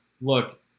look